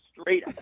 straight